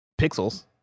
pixels